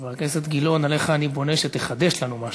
חבר הכנסת גילאון, עליך אני בונה שתחדש לנו משהו.